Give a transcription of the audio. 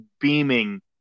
beaming